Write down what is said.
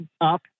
Up